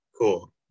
Cool